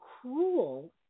cruel